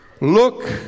Look